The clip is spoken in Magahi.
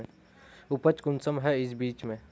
उपज कुंसम है इस बीज में?